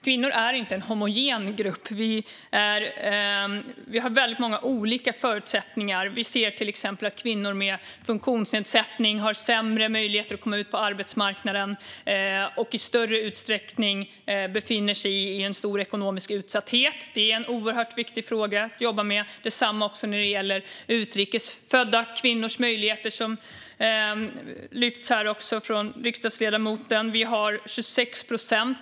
Kvinnor är ingen homogen grupp, och förutsättningarna ser väldigt olika ut. Exempelvis har kvinnor med funktionsnedsättning sämre möjlighet att komma ut på arbetsmarknaden och är i större utsträckning ekonomiskt utsatta. Det är därför en mycket viktig fråga att jobba med. Detta gäller även utrikes födda kvinnors möjligheter, vilket riksdagsledamoten tog upp.